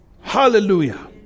Hallelujah